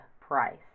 price